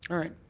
right,